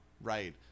right